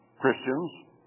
Christians